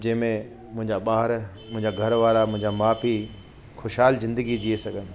जेमे मुंजा ॿार मुंहिंजा घर वारा मुहिंजा माउ पीउ ख़ुशहालु ज़िंदगी जीअ सघनि